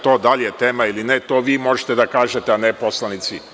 To da li je tema ili ne, to vi možete da kažete, a ne poslanici.